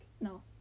No